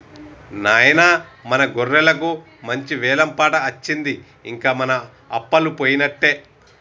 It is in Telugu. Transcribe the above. నాయిన మన గొర్రెలకు మంచి వెలం పాట అచ్చింది ఇంక మన అప్పలు పోయినట్టే